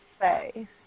say